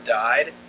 died